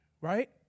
right